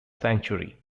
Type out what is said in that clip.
sanctuary